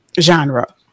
genre